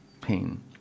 pain